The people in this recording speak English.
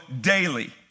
daily